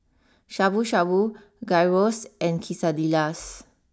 Shabu Shabu Gyros and Quesadillas